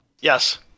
Yes